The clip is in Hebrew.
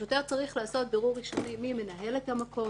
שוטר צריך לעשות בירור ראשוני מי מנהל את המקום,